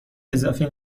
اضافی